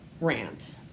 rant